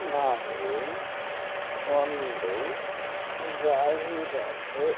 ನಾವು ಒಂದು ಜಾಹೀರಾತು